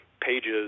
pages